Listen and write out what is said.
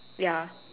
ya